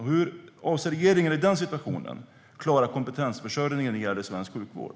Hur avser regeringen att, mot den bakgrunden, klara kompetensförsörjningen i svensk sjukvård?